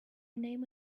name